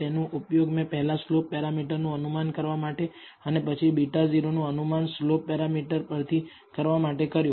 તેનો ઉપયોગ મેં પહેલા સ્લોપ પેરામીટરનુ અનુમાન કરવા માટે અને પછી β0 નુ અનુમાન સ્લોપ પેરામીટર પરથી કરવા માટે કર્યો